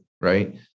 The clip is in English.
Right